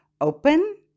Open